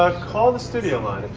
ah call the studio line,